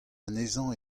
anezhañ